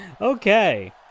Okay